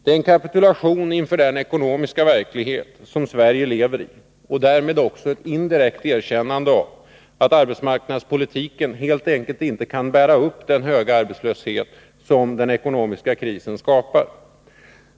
Det är en kapitulation inför den ekonomiska verklighet som Sverige lever i och därmed också ett indirekt erkännande av att arbetsmarknadspolitiken helt enkelt inte kan bära upp den höga arbetslöshet som den ekonomiska krisen skapar.